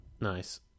Nice